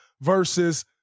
versus